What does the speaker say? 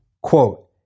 Quote